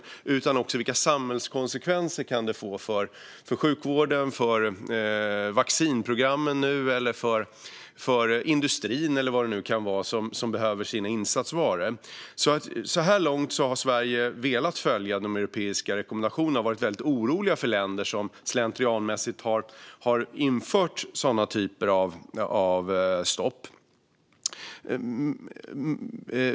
Det handlar också om vilka samhällskonsekvenser de kan få för sjukvården, för vaccinprogrammen, för industrin, eller vad det nu kan vara, som behöver sina insatsvaror. Så här långt har Sverige velat följa de europeiska rekommendationerna, och vi har varit väldigt oroliga för länder som slentrianmässigt har infört sådana typer av stopp.